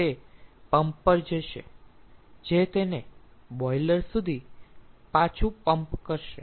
તે પંપ પર જશે જે તેને બોઇલર સુધી પાછું પંપ કરશે